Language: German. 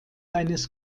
eines